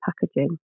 packaging